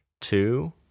two